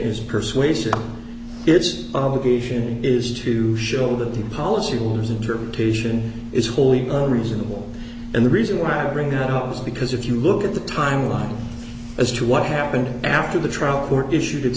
is persuasive its obligation is to show that the policyholders interpretation is wholly unreasonable and the reason why i bring that up is because if you look at the timeline as to what happened after the trial court issued it